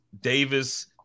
Davis